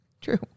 True